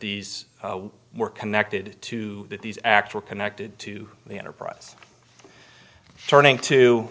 these were connected to that these acts were connected to the enterprise turning to